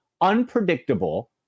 unpredictable